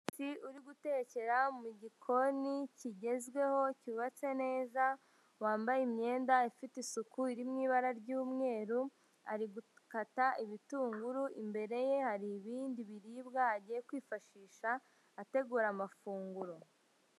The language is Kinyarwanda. Umuntu uri gutekera mu gikoni kigezweho, cyubatse neza, wambaye imyenda ifite isuku irimo ibara ry'umweru, ari gukata ibitunguru, imbere ye hari ibindi biribwa agiye kwifashisha ategura amafunguro.